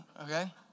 okay